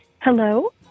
Hello